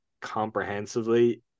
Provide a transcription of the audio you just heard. comprehensively